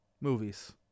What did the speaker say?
movies